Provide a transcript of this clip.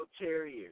terriers